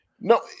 no